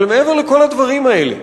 אבל מעבר לכל הדברים האלה,